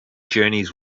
journeys